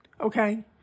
okay